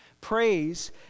Praise